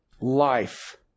life